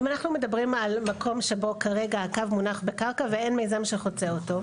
אם אנחנו מדברים על מקום שבו כרגע הקו מונח בקרקע ואין מקום שחוצה אותו,